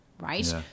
Right